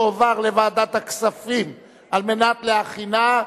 בוועדת הכספים נתקבלה.